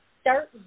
start